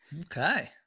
Okay